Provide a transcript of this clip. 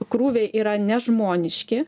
krūviai yra nežmoniški